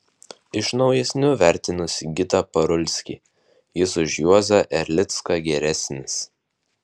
iš naujesnių vertinu sigitą parulskį jis už juozą erlicką geresnis